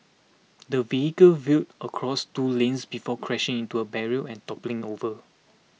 the vehicle veered across two lanes before crashing into a barrier and toppling over